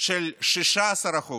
של 16%